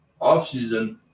offseason